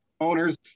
Owners